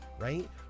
right